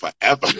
forever